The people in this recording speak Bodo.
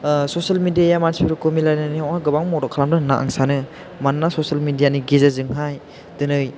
ससियेल मिडियाया मानसिफोरखौ मिलायनायनि गोबां मदद खालामदों होन्ना आं सानो मानोना ससियेल मिडियानि गेजेरजोंहाय दिनै